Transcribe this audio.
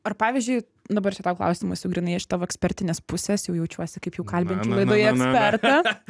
ar pavyzdžiui dabar čia tau klausimas jau grynai iš tavo ekspertinės pusės jau jaučiuosi kaip jau kalbinčiau laidoje ekspertą